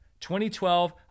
2012